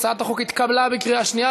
הצעת החוק התקבלה בקריאה שנייה.